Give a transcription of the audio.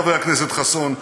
חבר הכנסת חסון,